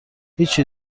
هیچی